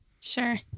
Sure